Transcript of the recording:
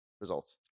results